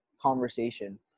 conversation